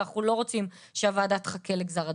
ואנחנו לא רוצים שהוועדה תחכה לגזר הדין.